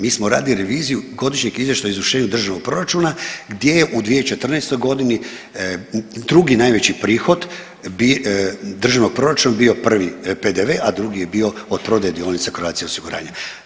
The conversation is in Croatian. Mi smo radili reviziju godišnjeg izvještaja o izvršenju državnog proračuna gdje je u 2014. godini drugi najveći prihod državnog proračuna bio prvi PDV, a drugi je bio od prodaje dionica Croatia osiguranja.